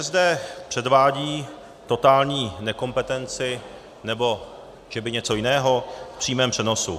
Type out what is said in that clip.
ČSSD předvádí totální nekompetenci nebo že by něco jiného v přímém přenosu.